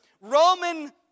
Roman